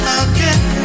again